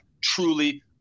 truly